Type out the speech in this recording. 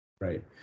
right